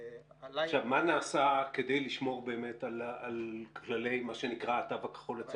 מה נעשה כדי לשמור על כללי התו הכחול?